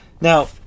Now